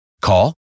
Call